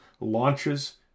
launches